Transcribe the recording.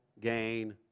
gain